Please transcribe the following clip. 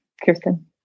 Kristen